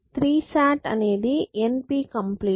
3 SAT అనేది NP complete